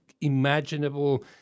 imaginable